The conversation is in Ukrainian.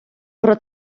про